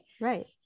right